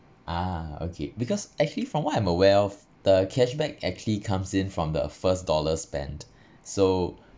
ah okay because actually from what I am aware of the cashback actually comes in from the first dollar spent so